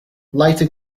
lighter